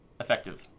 effective